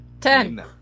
Ten